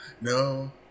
No